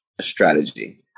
strategy